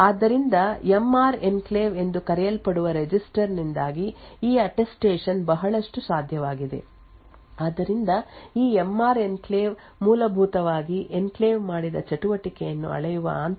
ಆದ್ದರಿಂದ M R enclave ಎಂದು ಕರೆಯಲ್ಪಡುವ ರಿಜಿಸ್ಟರ್ ನಿಂದಾಗಿ ಈ ಅಟ್ಟೆಸ್ಟೇಷನ್ ಬಹಳಷ್ಟು ಸಾಧ್ಯವಾಗಿದೆ ಆದ್ದರಿಂದ ಈ ಎಂ ಆರ್ ಎನ್ಕ್ಲೇವ್ ಮೂಲಭೂತವಾಗಿ ಎನ್ಕ್ಲೇವ್ ಮಾಡಿದ ಚಟುವಟಿಕೆಯನ್ನು ಅಳೆಯುವ ಆಂತರಿಕ ಲಾಗ್ ನ ಎಸ್ ಹೆಚ್ ಎ 256 ಹ್ಯಾಶ್ ಅನ್ನು ಬಳಸುತ್ತದೆ